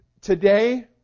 today